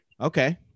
Okay